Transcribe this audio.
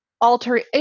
alter